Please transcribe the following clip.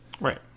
Right